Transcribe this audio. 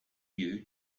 you